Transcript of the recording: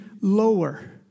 lower